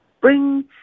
bring